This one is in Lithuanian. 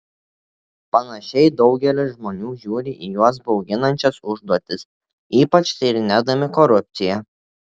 panašiai daugelis žmonių žiūri į juos bauginančias užduotis ypač tyrinėdami korupciją